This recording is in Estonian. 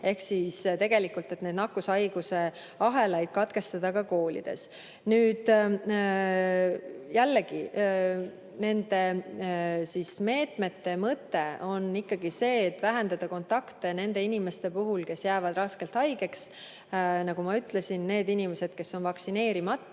Seda selleks, et neid nakkushaiguse ahelaid katkestada ka koolides. Jällegi, nende meetmete mõte on ikkagi see, et vähendada kontakte nende inimeste puhul, kes jäävad raskelt haigeks. Nagu ma ütlesin, need inimesed, kes on vaktsineerimata,